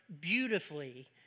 beautifully